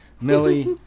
Millie